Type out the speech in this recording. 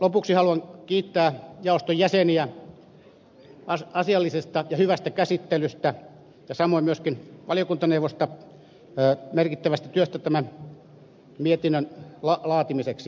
lopuksi haluan kiittää jaoston jäseniä asiallisesta ja hyvästä käsittelystä ja samoin myöskin valiokuntaneuvosta merkittävästä työstä tämän mietinnön laatimiseksi